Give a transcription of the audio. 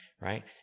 right